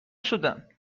شدن